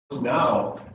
now